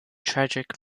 tragic